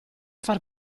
far